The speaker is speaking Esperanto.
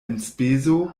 enspezo